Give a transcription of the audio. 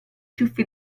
ciuffi